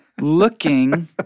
looking